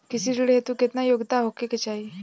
कृषि ऋण हेतू केतना योग्यता होखे के चाहीं?